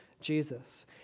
Jesus